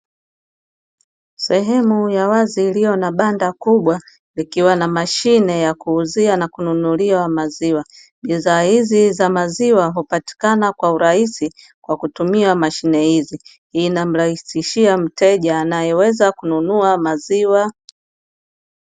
Sehemu ya wazi iliyo na banda kubwa likiwa na mashine ya kuuzia na kununulia maziwa. Bidhaa hizi za maziwa hupatikana kwa urahisi kwa kutumia mashine hizi. Hii inamrahisishia mteja anayeweza kununua maziwa.